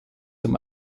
zum